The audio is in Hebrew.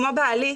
כמו בעלי,